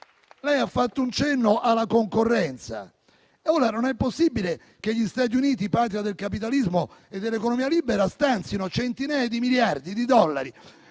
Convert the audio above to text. Lei ha fatto un cenno alla concorrenza. Non è possibile che gli Stati Uniti, patria del capitalismo e dell'economia libera, stanzino centinaia di miliardi di dollari